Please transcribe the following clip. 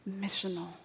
missional